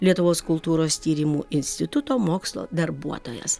lietuvos kultūros tyrimų instituto mokslo darbuotojas